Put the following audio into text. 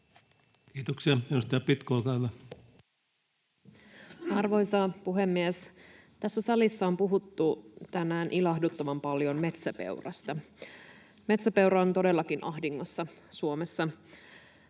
estäminen Time: 19:41 Content: Arvoisa puhemies! Tässä salissa on puhuttu tänään ilahduttavan paljon metsäpeurasta. Metsäpeura on todellakin ahdingossa Suomessa